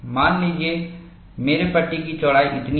मान लीजिए मेरे पट्टी की चौड़ाई इतनी है